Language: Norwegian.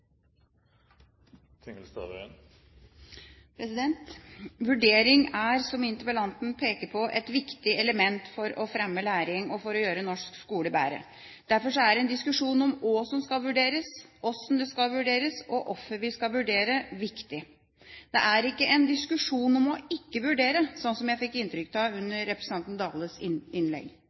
som interpellanten peker på, et viktig element for å fremme læring og for å gjøre norsk skole bedre. Derfor er en diskusjon om hva som skal vurderes, hvordan det skal vurderes, og hvorfor vi skal vurdere, viktig. Dette er ikke en diskusjon om ikke å vurdere, slik jeg fikk inntrykk av under representanten Dales innlegg.